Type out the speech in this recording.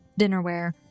dinnerware